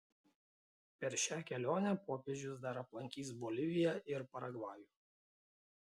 per šią kelionę popiežius dar aplankys boliviją ir paragvajų